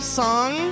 song